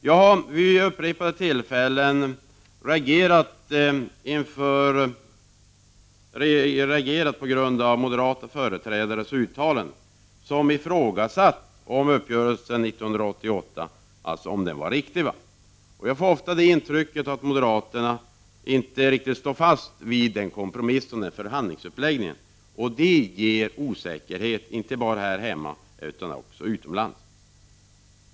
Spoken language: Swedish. Jag har vid upprepade tillfällen reagerat inför uttalanden från moderata företrädare som ifrågasatt om uppgörelsen 1988 var riktig. Jag får ofta det intrycket att moderaterna inte riktigt står fast vid den kompromissen beträffande förhandlingsuppläggningen. Detta skapar osäkerhet inte bara här hemma utan också utomlands.